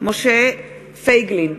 משה פייגלין,